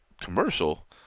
commercial